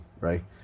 right